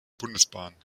bundesbahn